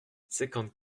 cinquante